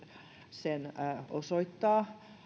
sen osoittaa